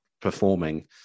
performing